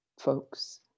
folks